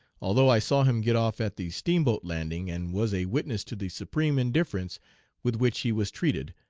although i saw him get off at the steamboat lauding and was a witness to the supreme indifference with which he was treated,